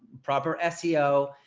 proper seo.